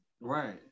right